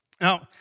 Now